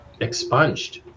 Expunged